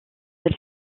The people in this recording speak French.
elle